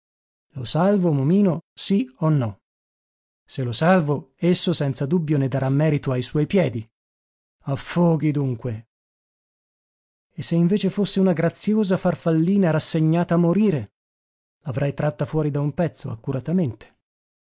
lo salvo momino sì o no se lo salvo esso senza dubbio ne darà merito ai suoi piedi affoghi dunque e se invece fosse una graziosa farfallina rassegnata a morire l'avrei tratta fuori da un pezzo accuratamente